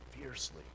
Fiercely